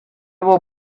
will